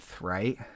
right